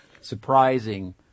surprising